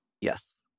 Yes